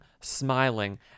smiling